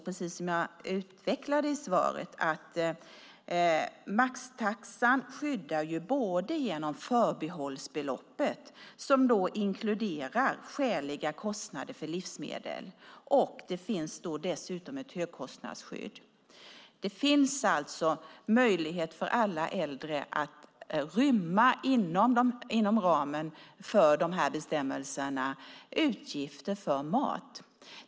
Precis som jag utvecklade i svaret skyddar maxtaxan genom både förbehållsbeloppet, som inkluderar skäliga kostnader för livsmedel, och högkostnadsskyddet. Det finns alltså möjlighet för alla äldre att inom ramen för bestämmelserna rymma utgifter för mat.